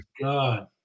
God